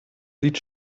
sieht